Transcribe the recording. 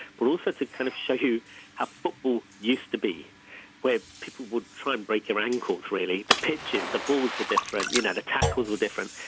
plus it's a kind of show you how football used to be where people would try and break your ankles really. the pitches the balls were different you know the tackles were different.